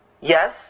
Yes